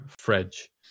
fridge